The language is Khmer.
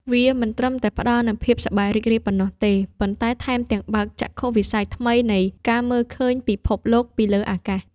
វាមិនត្រឹមតែផ្ដល់នូវភាពសប្បាយរីករាយប៉ុណ្ណោះទេ ប៉ុន្តែថែមទាំងបើកចក្ខុវិស័យថ្មីនៃការមើលឃើញពិភពលោកពីលើអាកាស។